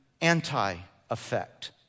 anti-effect